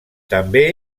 també